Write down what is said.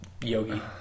Yogi